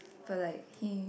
but like he